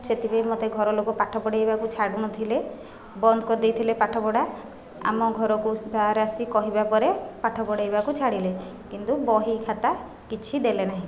ସେଥିପାଇଁ ମୋତେ ଘର ଲୋକ ପାଠ ପଢ଼େଇବାକୁ ଛାଡ଼ୁନଥିଲେ ବନ୍ଦ କରିଦେଇଥିଲେ ପାଠପଢ଼ା ଆମ ଘରକୁ ସାର୍ ଆସି କହିବା ପରେ ପାଠ ପଢ଼େଇବାକୁ ଛାଡ଼ିଲେ କିନ୍ତୁ ବହି ଖାତା କିଛି ଦେଲେନାହିଁ